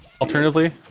Alternatively